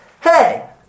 Hey